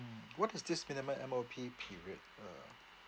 mm what is this minimum M_O_P period uh